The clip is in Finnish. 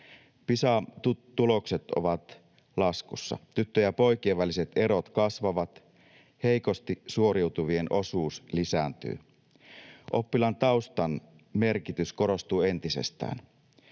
Pisa-tulokset ovat laskussa. Tyttöjen ja poikien väliset erot kasvavat. Heikosti suoriutuvien osuus lisääntyy. Oppilaan taustan merkitys korostuu entisestään.